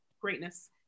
greatness